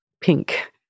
pink